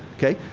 ok?